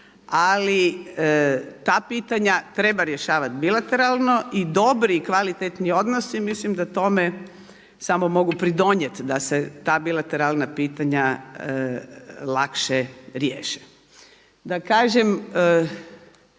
ali ta pitanja treba rješavati bilateralno. I dobri i kvalitetni odnosi mislim da tome samo mogu pridonijeti da se ta bilateralna pitanja lakše riješe. Da kažem